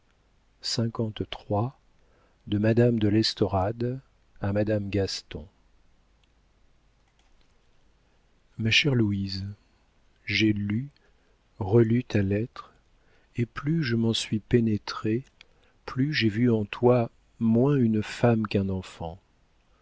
a madame gaston ma chère louise j'ai lu relu ta lettre et plus je m'en suis pénétrée plus j'ai vu en toi moins une femme qu'un enfant